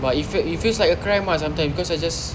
but it feels it feels like a crime ah sometimes because I just